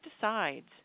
decides